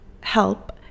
help